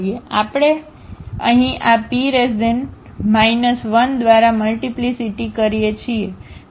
આપણે અહીં આP 1દ્વારા મલ્ટીપ્લીસીટી કરીએ છીએ